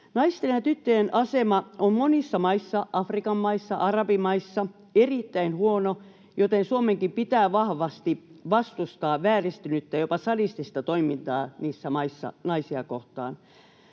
Naisten ja tyttöjen asema on monissa maissa — Afrikan maissa, arabimaissa — erittäin huono, joten Suomenkin pitää vahvasti vastustaa vääristynyttä, jopa sadistista, toimintaa niissä maissa naisia kohtaan.